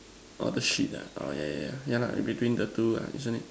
orh the sheet ah yeah yeah yeah yeah lah in between the two ah isn't it